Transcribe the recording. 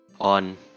on